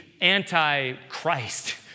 anti-Christ